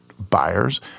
buyers